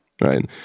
Right